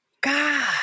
God